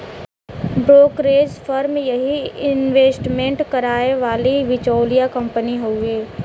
brokerage firm यही investment कराए वाली बिचौलिया कंपनी हउवे